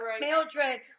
Mildred